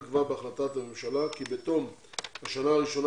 נקבע בהחלטת הממשלה כי בתום השנה הראשונה